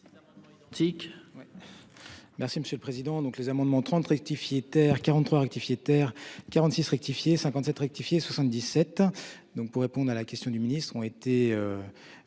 Merci, monsieur le Président donc les amendements 30 rectifié terre 43 rectifié terre 46 rectifié 57 rectifié 77 donc pour répondre à la question du ministre ont été.